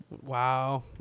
Wow